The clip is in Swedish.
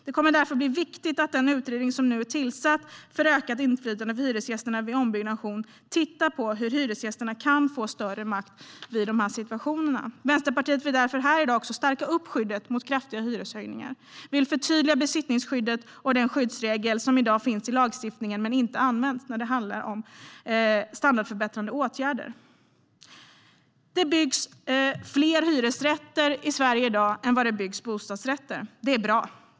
Det är därför viktigt att den utredning som nu är tillsatt om ökat inflytande för hyresgästerna vid ombyggnation tittar på hur hyresgästerna kan få större makt i sådana här situationer. Vänsterpartiet vill också stärka skyddet mot kraftiga hyreshöjningar och förtydliga besittningsskyddet och den skyddsregel som i dag finns i lagstiftningen men som inte används när det handlar om standardförbättrande åtgärder. Det byggs fler hyresrätter i Sverige i dag än det byggs bostadsrätter. Det är bra.